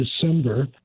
December